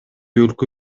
өлкө